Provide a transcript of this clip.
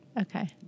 Okay